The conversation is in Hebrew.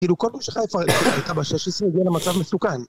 כאילו כל מה שחייפה הייתה ב-16 הגיעו למצב מסוכן